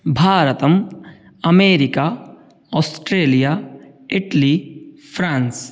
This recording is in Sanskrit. भारतम् अमेरिका आस्ट्रेलिया इट्ली फ़्रान्स्